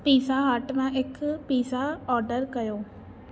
pizza Hut मां हिकु pizza आर्डरु कयो